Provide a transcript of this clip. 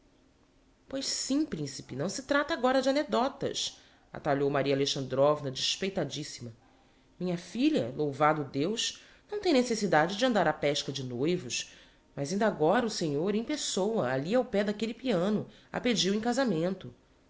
pois sim principe não se trata agora de anecdótas atalhou maria alexandrovna despeitadissima minha filha louvado deus não tem necessidade de andar á pesca de noivos mas inda agora o senhor em pessoa ali ao pé d'aquelle piano a pediu em casamento